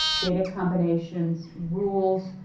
data combinations, rules,